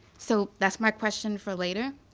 so, that's my question for later,